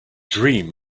dream